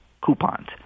coupons